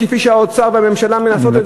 כפי שהאוצר והממשלה מנסים,